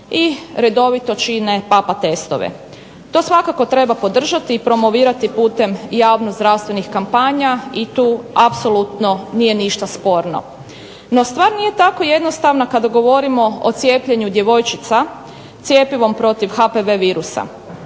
i redovito čine PAPA testove. To svakako treba podržati i promovirati putem javno-zdravstvenih kampanja i tu apsolutno nije ništa sporno. No, stvar nije tako jednostavna kada govorimo o cijepljenju djevojčica cjepivom protiv HPV virusa.